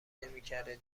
نمیکرده